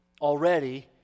Already